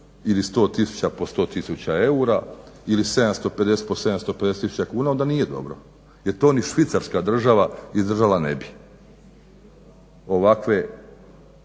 ili 100 tisuća po 100 tisuća eura ili 750 po 750 tisuća kuna onda nije dobro jer to ni Švicarska država izdržala ne bi ovakva